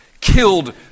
killed